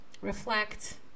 reflect